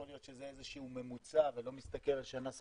יכול להיות שזה איזה שהוא ממוצע ולא מסתכל על שנה ספציפית,